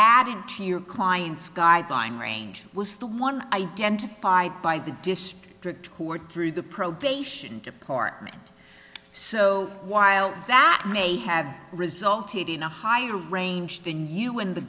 added to your client's guideline range was the one identified by the district court through the probation department so while that may have resulted in a higher range than